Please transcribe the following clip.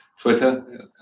Twitter